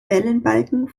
wellenbalken